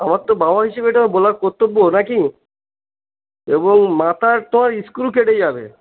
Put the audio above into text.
আমার তো বাবা হিসেবে এটা বলাার কর্তব্য না কি এবং মাথায় তোমার স্ক্রু কেটে যাবে